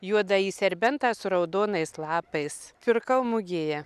juodąjį serbentą su raudonais lapais pirkau mugėje